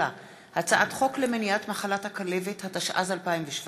הצעת חוק למניעת מחלת הכלבת, התשע"ז 2017,